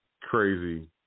crazy